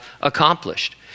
accomplished